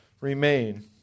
remain